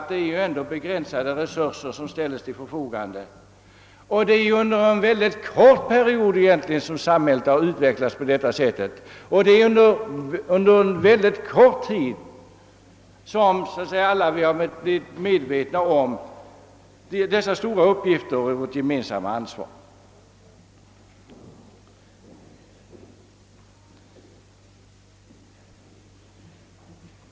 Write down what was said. Det är dock begränsade resurser som ställs till förfogade, och det är under en mycket kort period som samhället har utvecklats på detta sätt och alla blivit medvetna om dessa stora uppgifter och vårt gemensamma ansvar.